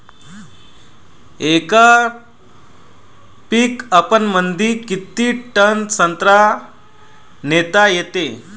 येका पिकअपमंदी किती टन संत्रा नेता येते?